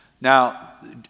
Now